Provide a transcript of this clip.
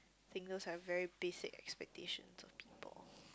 fingers that have are very basic expectations of the people